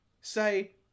say